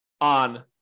on